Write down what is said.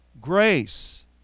Grace